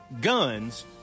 guns